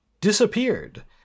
disappeared